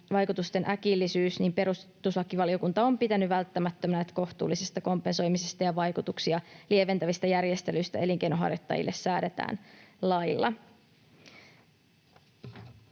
vaikutusten äkillisyys perustuslakivaliokunta on pitänyt välttämättömänä, että kohtuullisesta kompensoimisesta ja vaikutuksia lieventävistä järjestelyistä elinkeinonharjoittajille säädetään lailla.